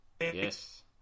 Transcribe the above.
Yes